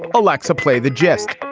alexa, play the gist